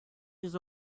his